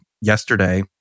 yesterday